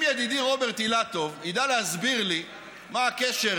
אם ידידי רוברט אילטוב ידע להסביר לי מה הקשר